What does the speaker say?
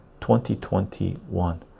2021